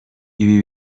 ibi